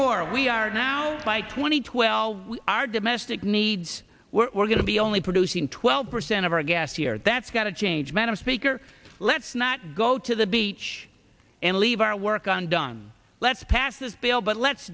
more we are now by twenty twelve our domestic needs we're going to be only producing twelve percent of our gas here that's got to change madam speaker let's not go to the beach and leave our work on done let's pass this bill but let's